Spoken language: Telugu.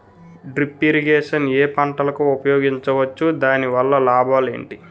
డ్రిప్ ఇరిగేషన్ ఏ పంటలకు ఉపయోగించవచ్చు? దాని వల్ల లాభాలు ఏంటి?